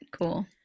cool